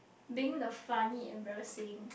being the funny embarrassing